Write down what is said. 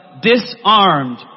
disarmed